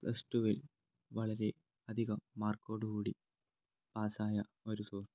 പ്ലസ്ടുവിൽ വളരെ അധികം മാർക്കോടുകൂടി പാസ്സായ ഒരു സുഹൃത്ത്